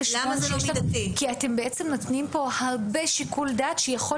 כי אתם נותנים פה הרבה שיקול דעת שיכול